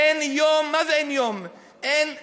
אין יום, מה זה, אין שעה,